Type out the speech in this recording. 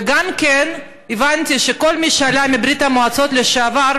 וגם הבנתי שכל מי שעלה מברית המועצות לשעבר,